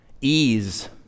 Ease